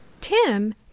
Tim